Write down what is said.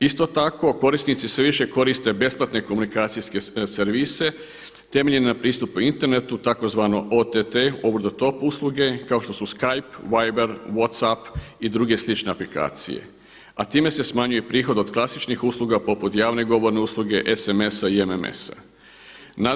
Isto tako, korisnici se više koriste besplatne komunikacijske servise temeljene na pristupu internetu tzv. OTT, over the top usluge kao što su Skype, Viber, Whats App i druge slične aplikacije, a time se smanjuje prihod od klasičnih usluga poput javne govorne usluge, sms-a i mms-a.